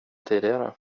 tidigare